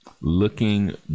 looking